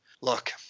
look